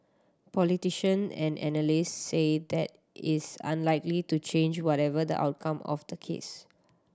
politician and analyst say that is unlikely to change whatever the outcome of the case